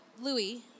Louis